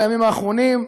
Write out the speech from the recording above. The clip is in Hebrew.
בימים האחרונים,